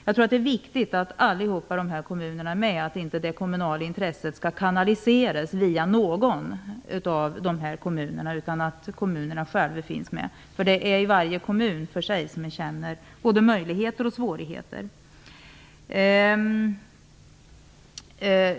Jag tror att det är viktigt att alla de här kommunerna är med, att inte det kommunala intresset kanaliseras via någon av dem, utan att kommunerna själva finns med. Det är varje kommun för sig som känner både möjligheter och svårigheter.